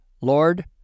Lord